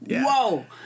whoa